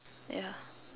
yeah